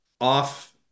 off